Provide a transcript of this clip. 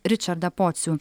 ričardą pocių